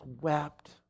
wept